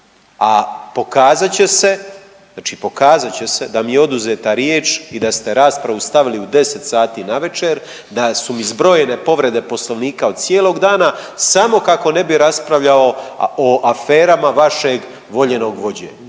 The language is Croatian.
a pokazat će se, znači pokazat će se da mi je oduzeta riječ i da ste raspravu stavili u 10 sati navečer, da su mi zbrojene povrede Poslovnika od cijelog dana samo kako ne bi raspravljao o aferama vašeg voljenog vođe.